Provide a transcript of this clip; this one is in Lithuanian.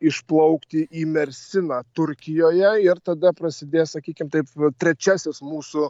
išplaukti į mersiną turkijoje ir tada prasidės sakykim taip trečiasis mūsų